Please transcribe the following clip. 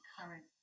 current